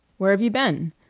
where've you been?